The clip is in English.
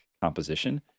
composition